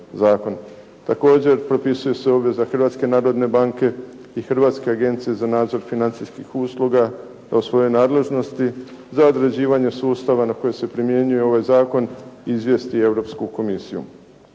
Također, propisuje se obveza Hrvatske narodne banke i hrvatske Agencije za nadzor financijskih usluga o svojoj nadležnosti da određivanje sustava na koji se primjenjuje ovaj zakon izvijesti Europsku komisiju.